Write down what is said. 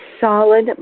solid